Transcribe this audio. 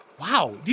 Wow